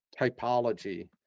typology